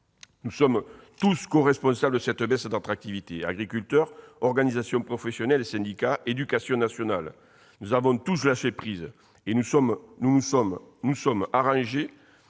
Nous sommes tous coresponsables de cette baisse d'attractivité : agriculteurs, organisations professionnelles, syndicats, éducation nationale. Nous avons tous lâché prise. Et nous nous sommes arrangés